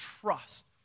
trust